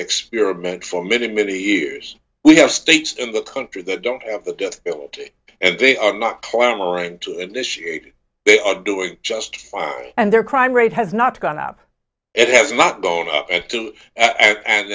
experiment for many many years we have states in the country that don't have the death penalty and they are not clamoring to initiate it they are doing just fine and their crime rate has not gone up it has not go